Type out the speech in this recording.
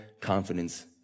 confidence